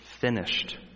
finished